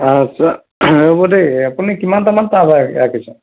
আচ্ছা ৰ'ব দেই এই আপুনি কিমানটামান টাব ৰাখিছে